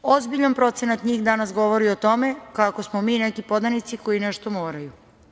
Ozbiljan procenat njih danas govori o tome kako smo mi neki podanici koji nešto moraju.